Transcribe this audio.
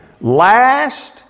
last